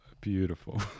beautiful